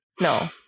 no